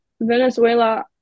Venezuela